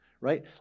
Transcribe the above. right